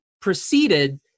proceeded